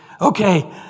Okay